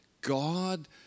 God